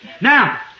Now